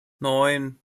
neun